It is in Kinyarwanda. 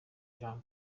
jean